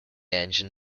engine